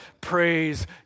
Praise